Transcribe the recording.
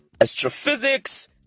astrophysics